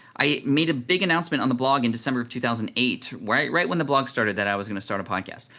i made a big announcement on the blog in december of two thousand and eight right right when the blog started that i was gonna start a podcast.